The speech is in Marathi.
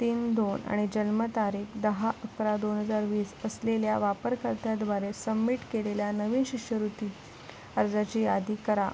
तीन दोन आणि जन्मतारीख दहा अकरा दोन हजार वीस असलेल्या वापरकर्त्याद्वारे सबमिट केलेल्या नवीन शिष्यवृत्ती अर्जाची यादी करा